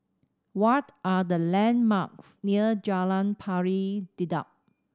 what are the landmarks near Jalan Pari Dedap